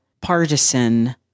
partisan